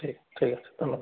ঠিক ঠিক আছে ধন্যবাদ